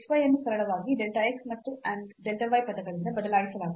ಈ x y ಅನ್ನು ಸರಳವಾಗಿ delta x and delta y ಪದಗಳಿಂದ ಬದಲಾಯಿಸಲಾಗುತ್ತದೆ